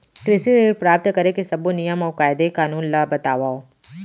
कृषि ऋण प्राप्त करेके सब्बो नियम अऊ कायदे कानून ला बतावव?